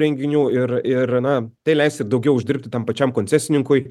renginių ir ir na tai leis ir daugiau uždirbti tam pačiam koncesininkui